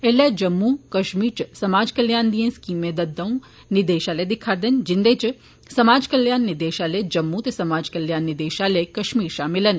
एल्लै जम्मू कश्मीर च समाज कल्याण दियें स्कीमें दा कम्म दंऊ निदेशालय दिक्खदे न जिन्दे च समाज कल्याण निदेशालय जम्मू ते समाज कल्याण निदेशालय कश्मीर शामल न